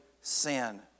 sin